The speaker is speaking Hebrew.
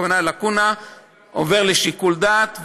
הוא עובר לשיקול דעת,